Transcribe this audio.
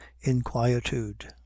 inquietude